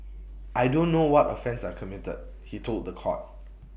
I don't know what offence I committed he told The Court